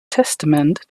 testament